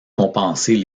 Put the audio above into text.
compenser